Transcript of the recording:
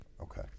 Okay